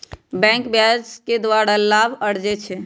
बैंके ब्याज के द्वारा लाभ अरजै छै